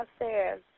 upstairs